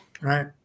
Right